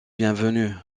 bienvenue